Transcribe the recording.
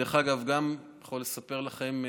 דרך אגב, אני יכול לספר לכם,